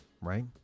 right